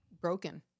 broken